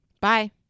Bye